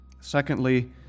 Secondly